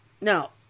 now